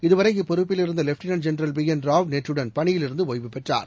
இதுவரை இப்பொறுப்பில் இருந்த lieutenant general P N Rao நேற்றுடன் பணியிலிருந்து ஓய்வு பெற்றார்